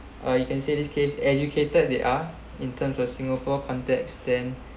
uh you can say this case educated they are in terms of singapore context then